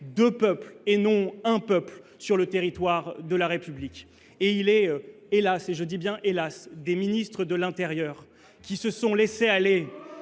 deux peuples et non un peuple sur le territoire de la République. Et il est hélas, et je dis bien hélas, des ministres de l'Intérieur qui se sont laissés aller